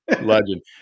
Legend